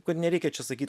kad nereikia čia sakyt